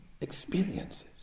experiences